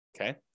Okay